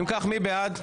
אם כך, מי בעד?